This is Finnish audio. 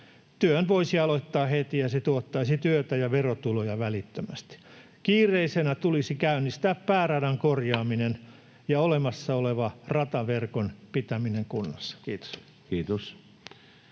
Työn voisi aloittaa heti, ja se tuottaisi työtä ja verotuloja välittömästi. Kiireisenä tulisi käynnistää pääradan korjaaminen ja olemassa olevan rataverkon pitäminen kunnossa. — Kiitos.